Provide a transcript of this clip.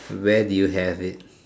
where did you have it